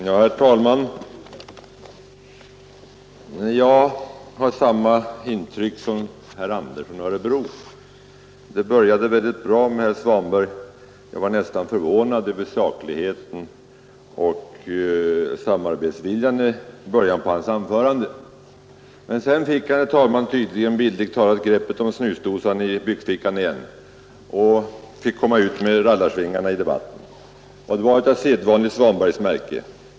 Herr talman! Jag har samma intryck som herr Andersson i Örebro. Herr Svanberg började mycket bra; jag var nästan förvånad över sakligheten och samarbetsviljan i början av hans anförande. Men sedan fick herr Svanberg bildligt talat greppet om snusdosan i byxfickan och kom ut med rallarsvingarna i debatten. De var av sedvanligt Svanbergskt märke.